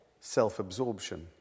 self-absorption